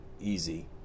easy